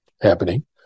happening